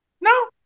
No